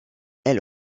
elle